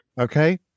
Okay